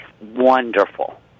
wonderful